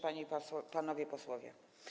Panie i Panowie Posłowie!